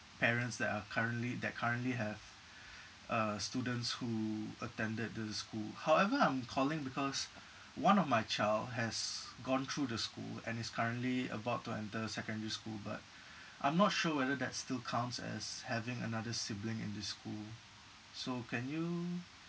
parents that are currently that currently have uh students who attended the school however I'm calling because one of my child has gone through the school and is currently about to enter secondary school but I'm not sure whether that still counts as having another sibling in the school so can you